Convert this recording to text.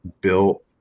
built